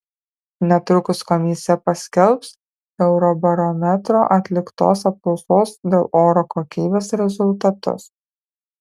netrukus komisija paskelbs eurobarometro atliktos apklausos dėl oro kokybės rezultatus